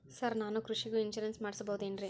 Sir ನಾನು ಕೃಷಿಗೂ insurance ಮಾಡಸಬಹುದೇನ್ರಿ?